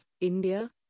India